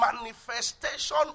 manifestation